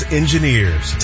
engineers